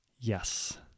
yes